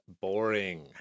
boring